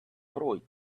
fruit